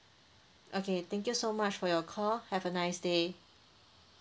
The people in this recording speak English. okay thank you so much for your call have a nice day